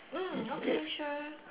mm okay sure